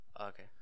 okay